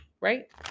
right